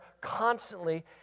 constantly